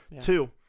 Two